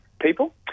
people